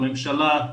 לממשלה,